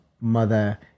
mother